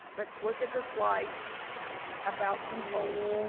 let's look at the slide about some polls.